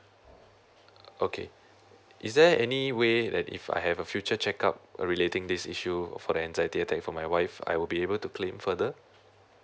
okay is there any way that if I have a future check up err relating this issue for the anxiety attack for my wife I will be able to claim further